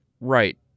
right